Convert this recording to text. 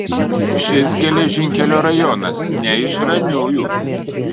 šis geležinkelio rajonas ne iš ramiųjų